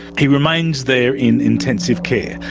he remains there in intensive care.